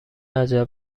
عجب